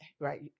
right